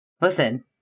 listen